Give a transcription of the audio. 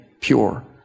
pure